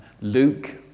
Luke